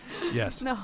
Yes